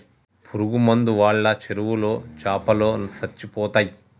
పురుగు మందు వాళ్ళ చెరువులో చాపలో సచ్చిపోతయ్